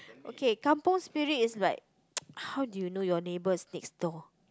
okay kampung Spirit is like how do you know your neighbours next door